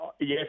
Yes